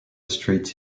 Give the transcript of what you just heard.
streets